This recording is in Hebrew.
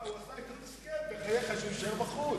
הוא עשה אתו הסכם שיישאר בחוץ.